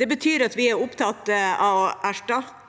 Det betyr at vi er opptatt av å